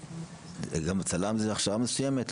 גם צלם זה הכשרה מסוימת?